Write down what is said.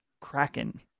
kraken